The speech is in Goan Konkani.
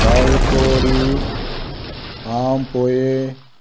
सोलकोडी पाव पोय